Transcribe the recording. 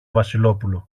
βασιλόπουλο